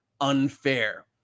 unfair